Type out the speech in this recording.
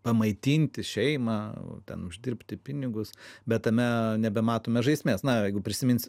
pamaitinti šeimą ten uždirbti pinigus bet tame nebematome žaismės na jeigu prisiminsim